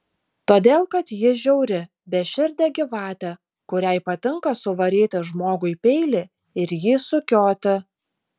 todėl kad ji žiauri beširdė gyvatė kuriai patinka suvaryti žmogui peilį ir jį sukioti